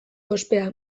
ospea